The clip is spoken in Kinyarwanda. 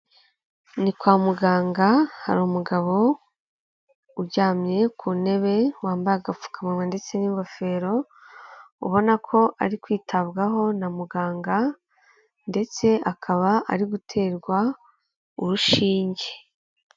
Ni kwa muganga hari umugabo uryamye ku ntebe, wambaye agapfukamunwa ndetse n'ingofero, ubona ko ari kwitabwaho na muganga ndetse akaba ari guterwa urushinge.